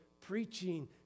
preaching